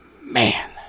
Man